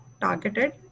targeted